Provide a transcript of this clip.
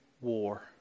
war